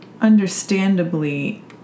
understandably